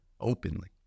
Openly